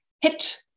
hit